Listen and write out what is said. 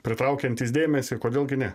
pritraukiantys dėmesį kodėl gi ne